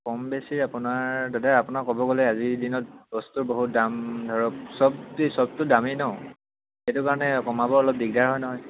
কম বেছি আপোনাৰ দাদা আপোনাক ক'ব গ'লে আজিৰ দিনত বস্তুৰ বহুত দাম ধৰক চব চবটো দামেই ন সেইটো কাৰণে কমাব অলপ দিগদাৰ হয় নহয়